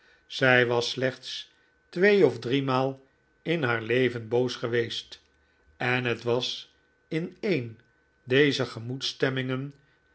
zij was slechts twee of driemaal in haar leven boos geweest en het was in een dezer